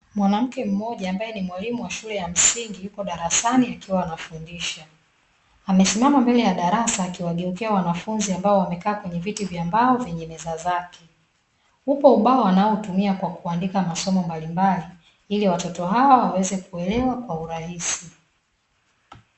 Mwanamke mmoja ambaye ni mwalimu wa shule ya msingi yupo darasani akiwa anafundisha. Amesimama mbele ya darasa akiwageukiwa wanafunzi ambao wamekaa kwenye viti vya mbao vyenye meza zake. Upo ubao wanaotumia kwa kuandika masomo mbalimbali, ili watoto hawa waweze kuelewa kwa urahisi.